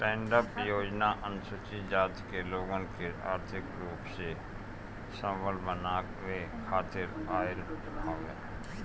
stand up योजना अनुसूचित जाति के लोगन के आर्थिक रूप से संबल बनावे खातिर आईल हवे